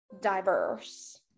diverse